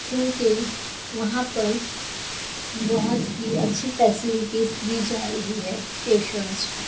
کیونکہ وہاں پر بہت ہی اچھی فیسیلیٹیز دی جارہی ہے پیشنٹس کو